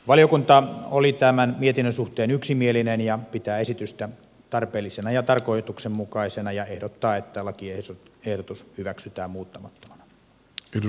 valiokunta oli tämän mietinnön suhteen yksimielinen ja pitää esitystä tarpeellisena ja tarkoituksenmukaisena ja ehdottaa että lakiehdotus hyväksytään muuttamattomana